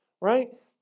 right